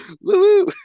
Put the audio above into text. woo